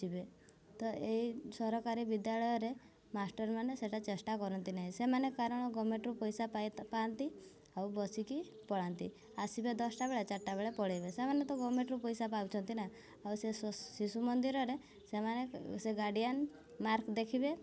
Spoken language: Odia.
ଯିବେ ତ ଏଇ ସରକାରୀ ବିଦ୍ୟାଳୟରେ ମାଷ୍ଟରମାନେ ସେଇଟା ଚେଷ୍ଟା କରନ୍ତି ନାହିଁ ସେମାନେ କାରଣ ଗଭର୍ଣ୍ଣମେଣ୍ଟରୁ ପଇସା ପାଇନ୍ତି ଆଉ ବସିକି ପଳାନ୍ତି ଆସିବେ ଦଶଟା ବେଳେ ଚାରିଟା ବେଳେ ପଳାଇବେ ସେମାନେ ତ ଗଭର୍ଣ୍ଣମେଣ୍ଟରୁ ପଇସା ପାଉଛନ୍ତି ନା ଆଉ ସେ ଶିଶୁ ମନ୍ଦିରରେ ସେମାନେ ସେ ଗାର୍ଡିଆନ ମାର୍କ ଦେଖିବେ